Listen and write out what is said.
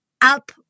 up